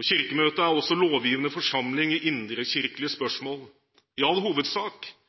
Kirkemøtet er også lovgivende forsamling i indrekirkelige spørsmål. I all hovedsak